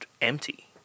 empty